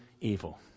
evil